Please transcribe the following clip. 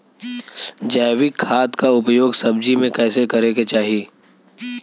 जैविक खाद क उपयोग सब्जी में कैसे करे के चाही?